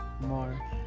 more